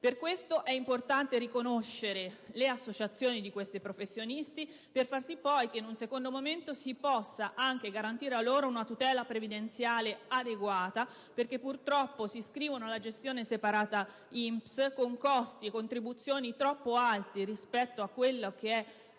Per questo è importante riconoscere le associazioni di questi professionisti per far sì poi che in un secondo momento si possa anche garantire loro una tutela previdenziale adeguata perché purtroppo si iscrivono alla gestione separata INPS con costi e contribuzioni troppo alte rispetto alla